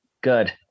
Good